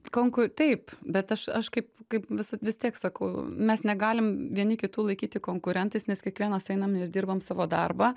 konku taip bet aš aš kaip kaip vis vis tiek sakau mes negalim vieni kitų laikyti konkurentais nes kiekvienas einam ir dirbam savo darbą